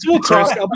Chris